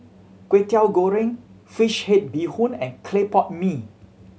Kwetiau Goreng fish head bee hoon and clay pot mee